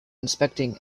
inspecting